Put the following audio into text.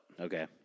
Okay